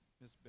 Miss